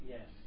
Yes